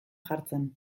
jartzen